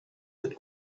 that